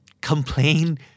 complain